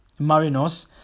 Marinos